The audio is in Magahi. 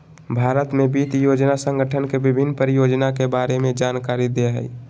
भारत में वित्त योजना संगठन के विभिन्न परियोजना के बारे में जानकारी दे हइ